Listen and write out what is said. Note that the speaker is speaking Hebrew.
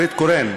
נורית קורן,